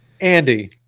Andy